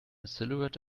silhouette